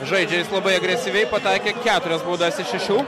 žaidžia jis labai agresyviai pataikė keturias baudas iš šešių